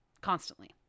constantly